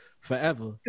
forever